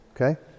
okay